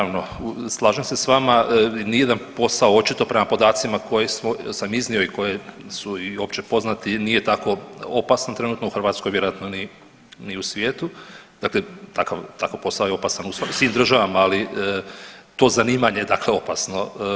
Naravno slažem se s vama, nijedan postao očito prema podacima koje sam iznio i koji su i općepoznati nije tako opasno trenutno u Hrvatskoj vjerojatno ni u svijetu, dakle takav posao je opasan u svim državama, ali to zanimanje je dakle opasno.